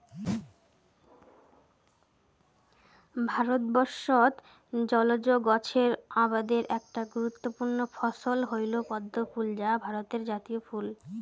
ভারতবর্ষত জলজ গছের আবাদের একটা গুরুত্বপূর্ণ ফছল হইল পদ্মফুল যা ভারতের জাতীয় ফুল